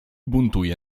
buntuje